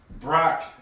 Brock